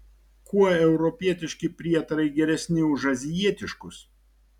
kuo europietiški prietarai geresni už azijietiškus